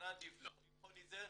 המשרד יבחן את זה.